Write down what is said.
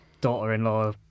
daughter-in-law